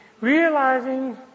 realizing